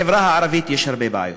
בחברה הערבית יש הרבה בעיות.